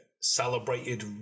celebrated